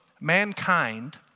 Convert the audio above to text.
mankind